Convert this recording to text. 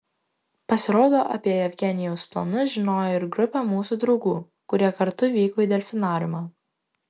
pasirodo apie jevgenijaus planus žinojo ir grupė mūsų draugų kurie kartu vyko į delfinariumą